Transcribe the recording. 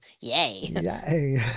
Yay